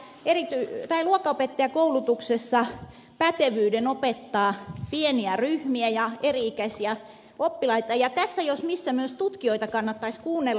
esimerkiksi itse sain vielä luokanopettajakoulutuksessa pätevyyden opettaa pieniä ryhmiä ja eri ikäisiä oppilaita ja tässä jos missä myös tutkijoita kannattaisi kuunnella